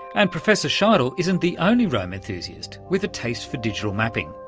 and professor scheidel isn't the only rome enthusiast with a taste for digital mapping.